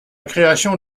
création